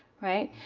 right?